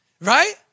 right